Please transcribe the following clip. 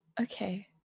Okay